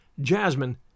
jasmine